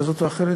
כזאת או אחרת,